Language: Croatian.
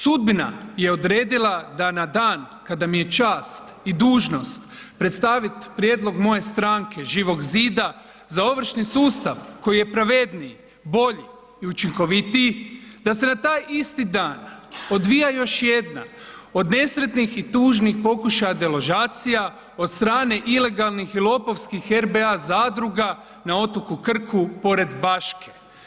Sudbina je odredila da na dan kada mi je čast i dužnost predstavit prijedlog moje stranke Živog zida za ovršni sustav koji je pravedniji, bolji i učinkovitiji, da se na taj isti dan odvija još jedna od nesretnih i tužnih pokušaja deložacija od strane ilegalnih i lopovskih RBA zadruga na otoku Krku pored Baške.